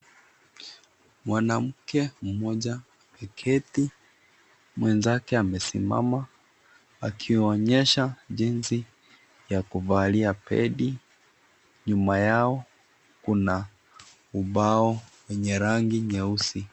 Mwanamke mmoja ameketi mwenzake amesimama akiwaonyesha jinsi ya kuvalia pedi nyuma yao kuna ubao wenye rangi nyeusi.